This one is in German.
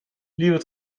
lieber